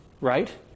right